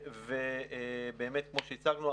באמת כמו שהצגנו,